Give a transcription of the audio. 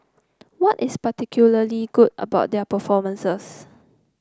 what is particularly good about their performances